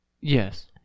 Yes